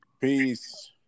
Peace